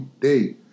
day